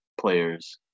players